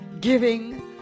giving